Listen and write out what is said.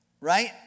right